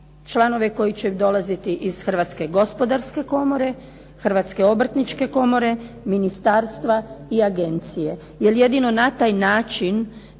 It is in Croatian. članove koji će dolaziti iz Hrvatske gospodarske komore, Hrvatske obrtničke komore, ministarstva i agencije, jer jedino na taj način